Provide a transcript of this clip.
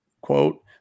quote